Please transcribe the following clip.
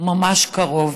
ממש קרוב.